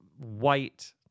white